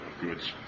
goods